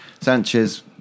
Sanchez